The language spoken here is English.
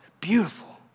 beautiful